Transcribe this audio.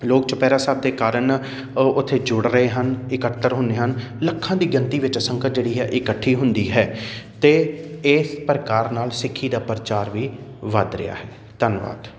ਲੋਕ ਚੋਪਿਹਰਾ ਸਾਹਿਬ ਦੇ ਕਾਰਨ ਉੱਥੇ ਜੁੜ ਰਹੇ ਹਨ ਇਕੱਤਰ ਹੁੰਦੇ ਹਨ ਲੱਖਾਂ ਦੀ ਗਿਣਤੀ ਵਿੱਚ ਸੰਗਤ ਜਿਹੜੀ ਹੈ ਇਕੱਠੀ ਹੁੰਦੀ ਹੈ ਅਤੇ ਇਸ ਪ੍ਰਕਾਰ ਨਾਲ ਸਿੱਖੀ ਦਾ ਪ੍ਰਚਾਰ ਵੀ ਵੱਧ ਰਿਹਾ ਹੈ ਧੰਨਵਾਦ